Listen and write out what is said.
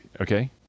Okay